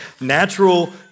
natural